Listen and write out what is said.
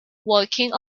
walking